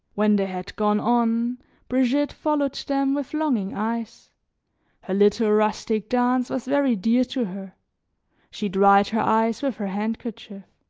when they had gone on brigitte followed them with longing eyes her little rustic dance was very dear to her she dried her eyes with her handkerchief.